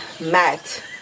Matt